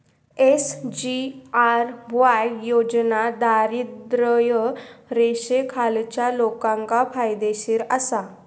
SGRY योजना दारिद्र्य रेषेखालच्या लोकांका फायदेशीर आसा